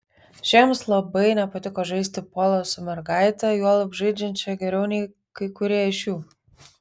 šiems labai nepatiko žaisti polą su mergaite juolab žaidžiančia geriau nei kai kurie iš jų